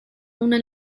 una